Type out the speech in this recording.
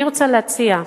אני רוצה להציע,